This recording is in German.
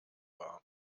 war